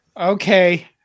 Okay